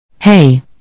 Hey